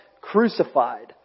crucified